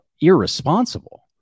irresponsible